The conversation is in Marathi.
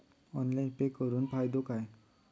ऑनलाइन पे करुन फायदो काय?